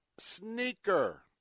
Sneaker